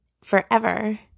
forever